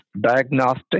diagnostic